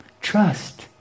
trust